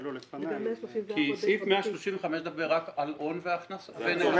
כי סעיף 135 מדבר רק על הון ונכסים.